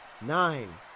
nine